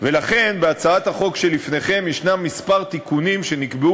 ולכן יש בהצעת החוק שלפניכם כמה תיקונים שנקבעו